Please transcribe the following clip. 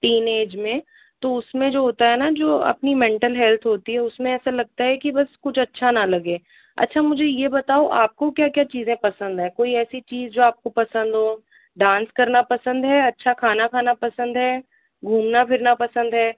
teen age में तो उसमे जो होता है ना कि वो अपनी मेंटल हेल्थ होती है उसमें ऐसा लगता है कि बस कुछ अच्छा ना लगे अच्छा मुझे ये बताओ आपको क्या क्या चीज़ें पसंद है कोई ऐसी चीज जो आपको पसंद हो डांस करना पसंद है अच्छा खाना खाना पसंद है घूमना फिरना पसंद है